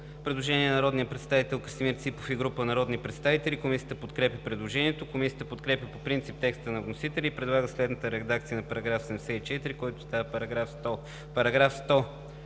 предложение на народния представител Красимир Ципов и група народни представители. Комисията подкрепя предложението. Комисията подкрепя по принцип текста на вносителя и предлага следната редакция на § 74, който става § 100: